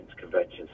conventions